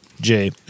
Jay